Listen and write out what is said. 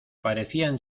parecían